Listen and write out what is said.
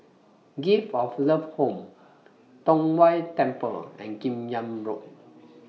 Gift of Love Home Tong Whye Temple and Kim Yam Road